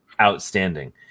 outstanding